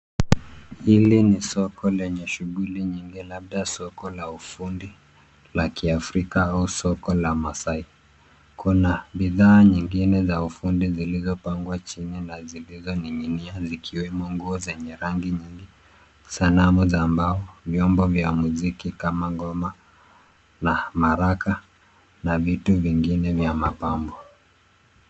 Hili ni soko lenye shughuli nyingi, labda soko la ufundi la kiafrika au soko la masai. Kuna bidhaa nyingine za ufundi zilizo pangwa chini na zilizo ning'inia zikiwemo nguo zenye rangi nyingi, sanamu za mbao, vyombo vya muziki kama ngoma na maraka na vitu vingine vya mapambo.